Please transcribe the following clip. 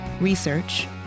research